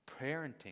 parenting